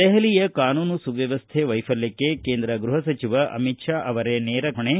ದೆಹಲಿಯ ಕಾನೂನು ಸುವ್ಯವಸ್ಥೆ ವೈಫಲ್ಕಕ್ಕೆ ಕೇಂದ್ರ ಗೃಹ ಸಚಿವ ಅಮಿತ್ ಶಾ ಅವರೇ ನೇರ ಹೊಣೆ